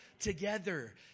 together